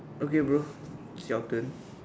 okay bro it's your turn